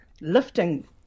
lifting